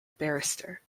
barrister